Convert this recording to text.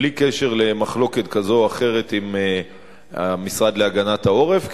בלי קשר למחלוקת כזאת או אחרת עם המשרד להגנת העורף.